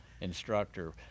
instructor